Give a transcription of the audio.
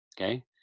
okay